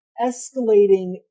escalating